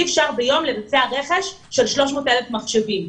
ואי-אפשר ביום לבצע רכש של 300,000 מחשבים,